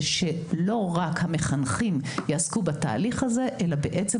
שלא רק המחנכים יעסקו בתהליך הזה אלא בעצם